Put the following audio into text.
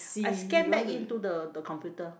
I scan back into the the computer